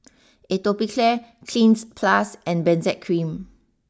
Atopiclair Cleanz Plus and Benzac cream